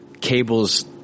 Cable's